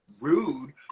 rude